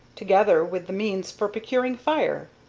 together with the means for procuring fire.